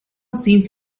scenes